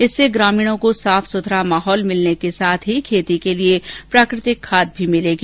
इससे ग्रामीणों को साफ सुथरा माहौल मिलने के साथ ही खेती के लिए प्राकृतिक खाद भी भिलेगी